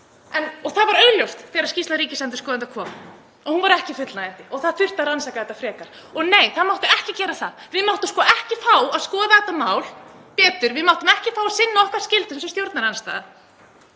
Það var augljóst þegar skýrsla ríkisendurskoðanda kom að hún var ekki fullnægjandi og það þurfti að rannsaka þetta frekar. En nei, það mátti ekki gera það. Við máttum ekki fá að skoða þetta mál betur. Við máttum ekki fá að sinna okkar skyldum sem stjórnarandstaða.